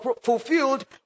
fulfilled